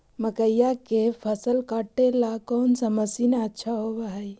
मकइया के फसल काटेला कौन मशीन अच्छा होव हई?